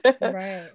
Right